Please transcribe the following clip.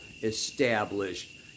Established